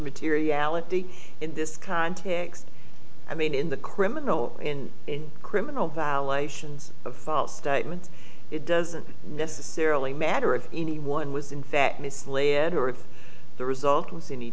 reality in this context i mean in the criminal and criminal violations of false statements it doesn't necessarily matter if anyone was in that misled or if the result was any